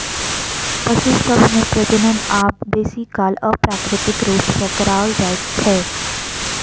पशु सभ मे प्रजनन आब बेसी काल अप्राकृतिक रूप सॅ कराओल जाइत छै